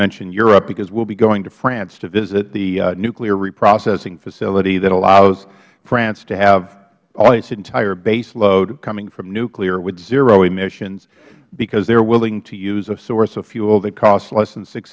mention europe because we will be going to france to visit the nuclear reprocessing facility that allows france to have all its entire base load coming from nuclear with zero emissions because they are willing to use a source of fuel that costs less than six